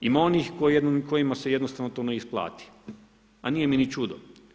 Ima onih kojima se jednostavno to ne isplati, a nije ni čudo.